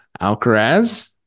Alcaraz